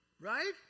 right